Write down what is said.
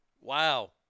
wow